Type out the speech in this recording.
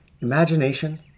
imagination